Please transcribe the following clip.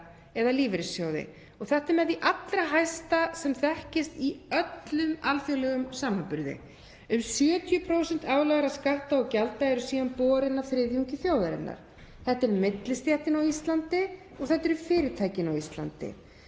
eða lífeyrissjóði. Þetta er með því allra hæsta sem þekkist í öllum alþjóðlegum samanburði. Um 70% skatta og gjalda eru síðan borin af þriðjungi þjóðarinnar. Þetta er millistéttin á Íslandi og þetta eru fyrirtækin á Íslandi.